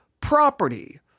property